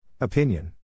Opinion